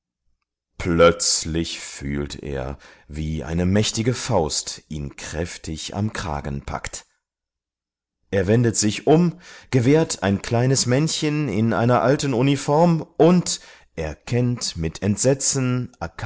plötzlich fühlt er wie eine mächtige faust ihn kräftig am kragen packt er wendet sich um gewahrt ein kleines männchen in einer alten uniform und erkennt mit entsetzen